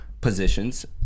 positions